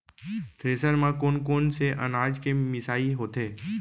Thresher म कोन कोन से अनाज के मिसाई होथे?